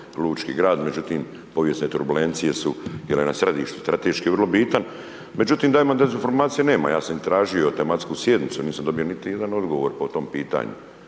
lučki grad, međutim povijesne turbulencije su bile na središtu strateški vrlo bitan. Međutim, da dezinformacije nema, ja sam tražio tematsku sjednicu, nisam dobio niti jedan odgovor po tom pitanju.